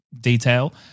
detail